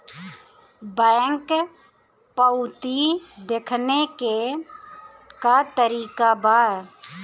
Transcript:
Bank पवती देखने के का तरीका बा?